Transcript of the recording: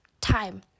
time